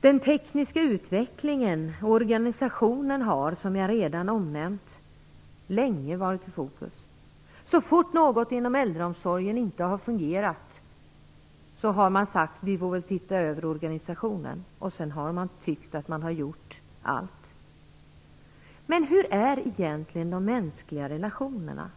Den tekniska utvecklingen och organisationen har, som jag redan nämnt, länge varit i fokus. Så fort något inom äldreomsorgen inte har fungerat har man sagt: Vi får väl titta över organisationen. Sedan har man tyckt att man har gjort allt. Men hur är egentligen de mänskliga relationerna?